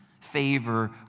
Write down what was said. favor